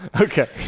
okay